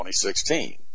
2016